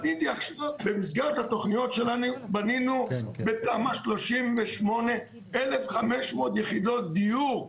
במסגרת התכניות שלנו בנינו בתמ"א 38 1,500 יחידות דיור.